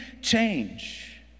change